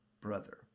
brother